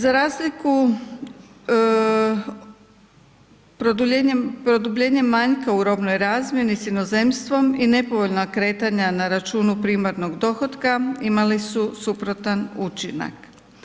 Za razliku, produbljenjem manjka u robnoj razmjeni s inozemstvom, i nepovoljna kretanja na računu primarnog dohotka imali su suprotan učinak.